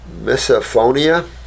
misophonia